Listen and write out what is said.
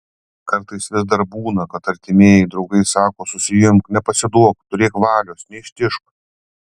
kartais vis dar būna kad artimieji draugai sako susiimk nepasiduok turėk valios neištižk